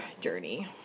journey